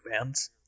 fans